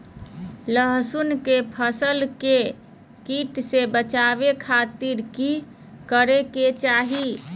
लहसुन के फसल के कीट से बचावे खातिर की करे के चाही?